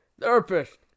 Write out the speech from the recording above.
Therapist